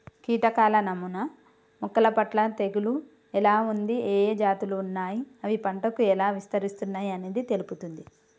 కీటకాల నమూనా మొక్కలపట్ల తెగులు ఎలా ఉంది, ఏఏ జాతులు ఉన్నాయి, అవి పంటకు ఎలా విస్తరిస్తున్నయి అనేది తెలుపుతుంది